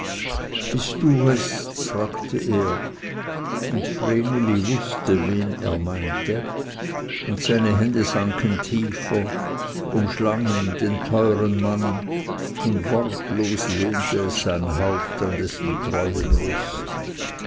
bist du es fragte er und vreneli wußte wen er meine und seine hände sanken tiefer umschlangen den teuren mann und wortlos lehnte es sein haupt an dessen treue brust